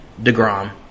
DeGrom